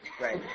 Right